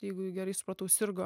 jeigu gerai supratau sirgo